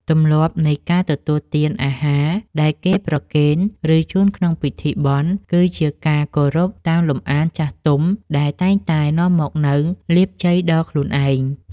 ទម្លាប់នៃការទទួលទានអាហារដែលគេប្រគេន ឬជូនក្នុងពិធីបុណ្យ គឺជាការគោរពតាមលំអានចាស់ទុំដែលតែងតែនាំមកនូវលាភជ័យដល់ខ្លួនឯង។